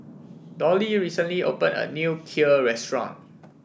Dolly recently opened a new Kheer restaurant